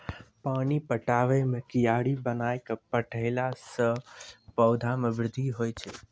पानी पटाबै मे कियारी बनाय कै पठैला से पौधा मे बृद्धि होय छै?